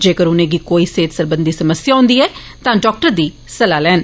जेकर उनेंगी कोई सेहत सरबंधी समस्या हुंदी ऐ तां डाक्टर दी सलाह् लैन